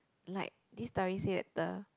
like this story said the